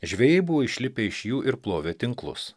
žvejai buvo išlipę iš jų ir plovė tinklus